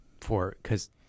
for—because